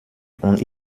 und